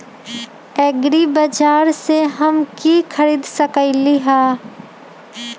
एग्रीबाजार से हम की की खरीद सकलियै ह?